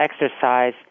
exercise